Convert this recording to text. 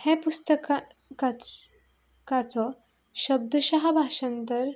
हे पुस्तका काचो शब्दशाह भाशांतर